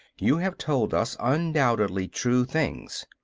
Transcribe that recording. you have told us undoubtedly true things.